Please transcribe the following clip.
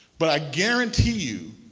but i guarantee you,